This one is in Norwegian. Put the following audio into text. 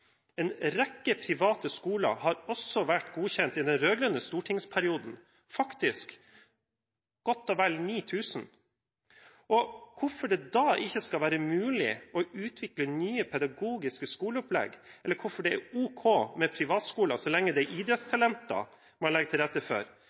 En rekke private skoler ble godkjent også i den rød-grønne stortingsperioden – faktisk godt og vel 9 000. Hvorfor det da ikke skal være mulig å utvikle nye pedagogiske skoleopplegg, eller hvorfor det er ok med privatskoler så lenge det er